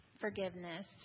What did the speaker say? Forgiveness